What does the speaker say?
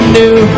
new